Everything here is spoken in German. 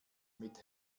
mit